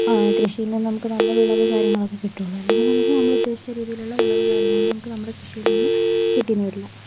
കൃഷിയിൽ നിന്ന് നമുക്ക് നല്ല വിളവ് കാര്യങ്ങളൊക്കെ കിട്ടുള്ളൂ അല്ലെങ്കിൽ നമുക്ക് നമ്മൾ ഉദ്ദേശിച്ച രീതിയിലുള്ള വിളവ് കാര്യങ്ങളൊന്നും നമുക്ക് നമ്മുടെ കൃഷിയിൽ നിന്ന് കിട്ടിയെന്നു വരില്ല